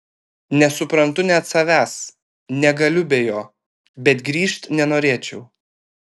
nesuprantu net savęs negaliu be jo bet grįžt nenorėčiau